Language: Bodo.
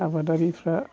आबादारिफ्रा